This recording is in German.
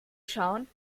schauen